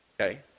Okay